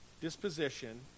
disposition